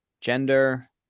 Gender